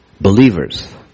believers